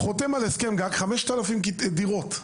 חתמתי על הסכם גג, 5,000 דירות,